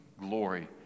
glory